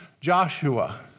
Joshua